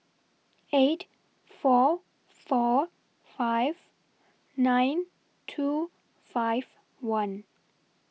eight four four five nine two five one